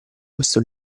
questo